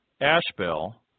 Ashbel